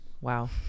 wow